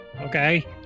Okay